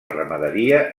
ramaderia